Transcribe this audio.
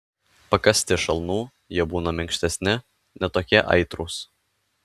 pakąsti šalnų jie būna minkštesni ne tokie aitrūs